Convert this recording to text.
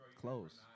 close